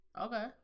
Okay